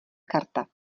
karta